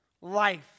life